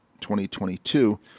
2022